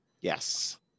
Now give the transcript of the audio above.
Yes